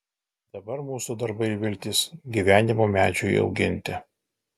dabar mūsų darbai ir viltys gyvenimo medžiui auginti